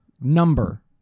Number